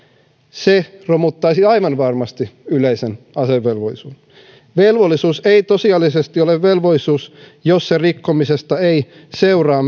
se romuttaisi aivan varmasti yleisen asevelvollisuuden velvollisuus ei tosiasiallisesti ole velvollisuus jos sen rikkomisesta ei seuraa